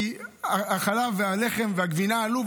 כי החלב והלחם והגבינה עלו,